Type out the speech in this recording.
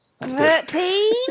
Thirteen